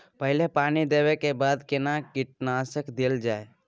पहिले पानी देबै के बाद केना कीटनासक देल जाय?